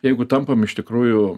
jeigu tampam iš tikrųjų